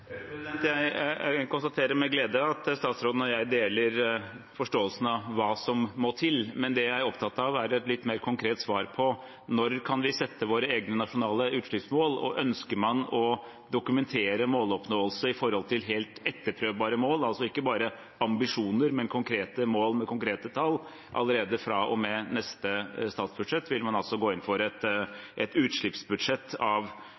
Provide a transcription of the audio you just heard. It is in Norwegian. jeg komme tilbake til. Jeg konstaterer med glede at statsråden og jeg deler forståelsen av hva som må til, men det jeg er opptatt av, er et litt mer konkret svar på når vi kan sette våre egne nasjonale utslippsmål, og om man ønsker å dokumentere måloppnåelse i forhold til helt etterprøvbare mål – altså ikke bare ambisjoner, men konkrete mål med konkrete tall. Vil man allerede fra og med neste statsbudsjett gå inn for et utslippsbudsjett av